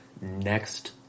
next